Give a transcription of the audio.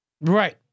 Right